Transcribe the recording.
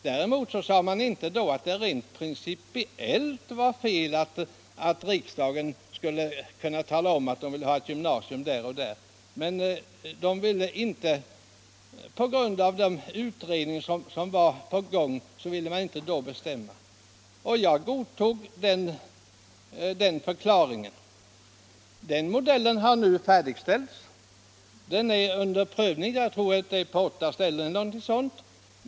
Däremot sade man då inte att det rent principiellt skulle vara fel att riksdagen uttalade sig för ett gymnasium här eller där. Men på grund av den utredning som pågick ville man då inte fatta något beslut. Jag godtog den förklaringen. Modellen har nu färdigställts. Den är under prövning, jag tror att det är på åtta ställen.